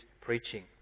preaching